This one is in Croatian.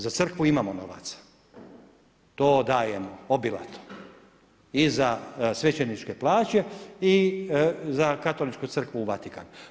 Za crkvu imamo novac, to dajemo obilato i za svećeničke plaće i za Katoličku crkvu u Vatikanu.